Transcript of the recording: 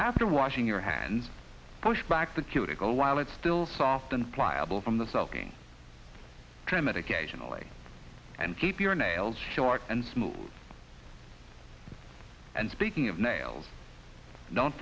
after washing your hands push back the cuticle while it's still soft and pliable from the sulking trim it occasionally and keep your nails short and smooth and speaking of nails don't